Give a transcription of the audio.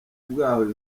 bwaho